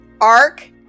arc